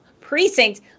precinct